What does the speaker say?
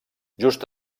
just